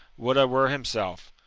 would a were himself!